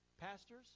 Pastors